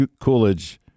Coolidge